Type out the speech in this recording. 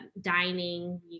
dining